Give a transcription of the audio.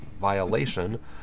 violation